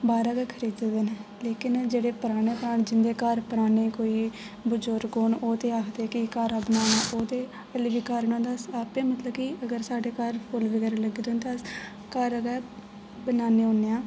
बाहरा दा खरीददे न लेकिन जेह्डे़ पराने पराने जिं'दे घर पराने कोई बुजुर्ग होन ओह् ते आक्खदे की घरा बनाने पौंदे लेकिन घर बनांदे न अस आपें मतलब की अगर साढ़े घर फु'ल्ल बगैरा लग्गे दे होंदे अस घर गै बनाने होने आं